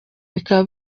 bikaba